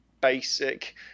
basic